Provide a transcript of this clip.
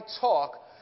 talk